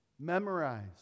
Memorize